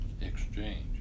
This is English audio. Exchange